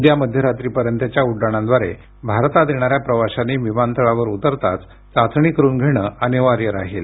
उद्या मध्यरात्रीपर्यंतच्या उड्डाणांद्वारे भारतात येणाऱ्या प्रवाशांनी विमानतळावर उतरताच चाचणी करून घेणं अनिवार्य राहील